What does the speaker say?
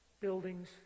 buildings